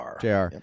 jr